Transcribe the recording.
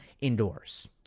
indoors